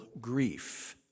grief